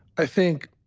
i think